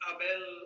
Abel